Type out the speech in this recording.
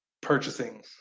purchasing